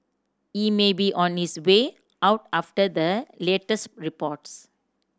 he may be on his way out after the latest reports